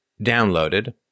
downloaded